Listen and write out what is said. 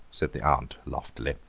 said the aunt loftily.